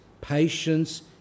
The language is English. patience